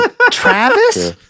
Travis